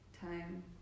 time